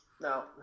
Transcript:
Now